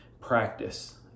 practice